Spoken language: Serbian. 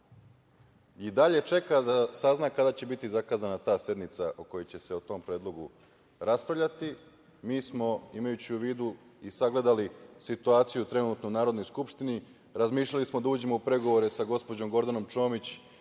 i dalje čeka da sazna kada će biti zakazana ta sednica na kojoj će se o tom predlogu raspravljati. Mi smo, imajući u vidu, sagledali trenutnu situaciju u Narodnoj skupštini, razmišljali smo da uđemo u pregovore sa gospođom Gordanom Čomić,